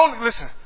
Listen